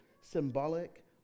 symbolic